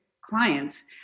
clients